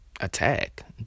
attack